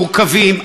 החיים המורכבים,